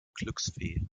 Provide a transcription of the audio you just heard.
glücksfee